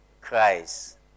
Christ